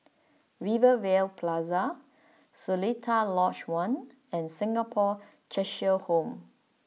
Rivervale Plaza Seletar Lodge One and Singapore Cheshire Home